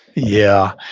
yeah,